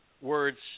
words